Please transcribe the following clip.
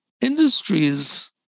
industries